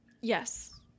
Yes